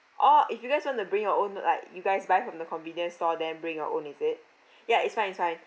oh if you guys want to bring your own like you guys buy from the convenience store then bring your own is it ya it's fine it's fine